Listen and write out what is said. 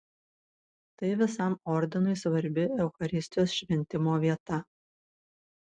tai visam ordinui svarbi eucharistijos šventimo vieta